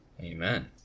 amen